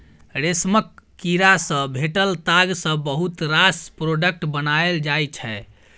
रेशमक कीड़ा सँ भेटल ताग सँ बहुत रास प्रोडक्ट बनाएल जाइ छै